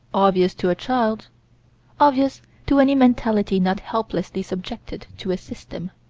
obvious to a child obvious to any mentality not helplessly subjected to a system